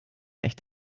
echt